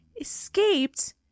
escaped